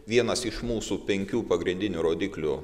vienas iš mūsų penkių pagrindinių rodiklių